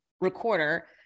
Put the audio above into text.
recorder